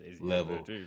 level